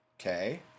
okay